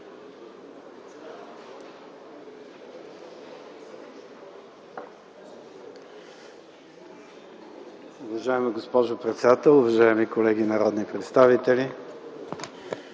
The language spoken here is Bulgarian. Уважаема госпожо председател, уважаеми колеги народни представители!